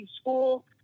school